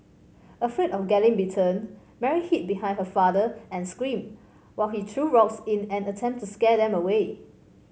afraid of getting bitten Mary hid behind her father and screamed while he threw rocks in an attempt to scare them away